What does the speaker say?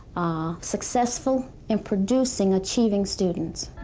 ah successful in producing achieving students.